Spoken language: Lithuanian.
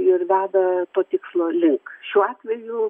ir veda to tikslo link šiuo atveju